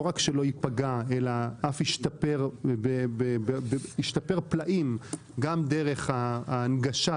לא רק שלא ייפגע אלא אף ישתפר פלאים גם דרך ההנגשה,